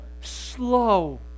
slow